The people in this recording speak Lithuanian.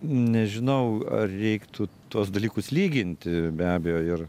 nežinau ar reiktų tuos dalykus lyginti be abejo ir